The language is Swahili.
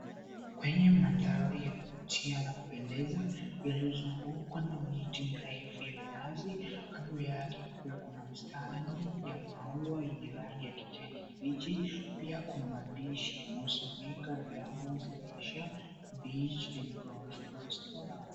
Kwenye mandhari yanayovutia na kupendeza, yaliyozungukwa na miti mirefu ya minazi, kando kanda yake kukiweko na bustani ya maua yenye rangi ya kijani kibichi. Pia kuna maandishi yanayosomeka, Diamomd Leisure Beach and Golf Restaurant.